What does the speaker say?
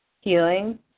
healing